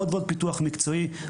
עוד ועוד פיתוח מקצועי,